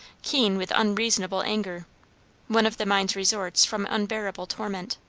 keen with unreasonable anger one of the mind's resorts from unbearable torment.